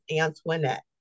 Antoinette